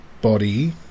body